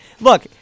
look